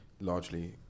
largely